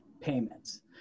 payments